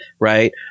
Right